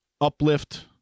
uplift